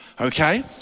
Okay